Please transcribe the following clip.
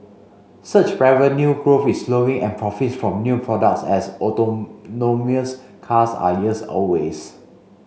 search revenue growth is slowing and profits from new products as autonomous cars are years